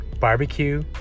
barbecue